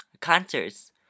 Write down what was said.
concerts